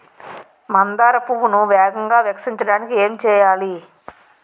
మందార పువ్వును వేగంగా వికసించడానికి ఏం చేయాలి?